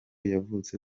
yavutse